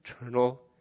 eternal